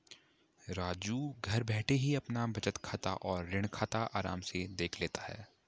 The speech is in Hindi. राजू घर बैठे ही अपना बचत खाता और ऋण खाता आराम से देख लेता है